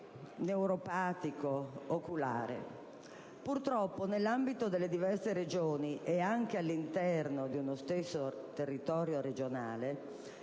neuropatico, o oculare. Purtroppo nell'ambito delle diverse Regioni, e anche all'interno di uno stesso territorio regionale,